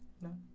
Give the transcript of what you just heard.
No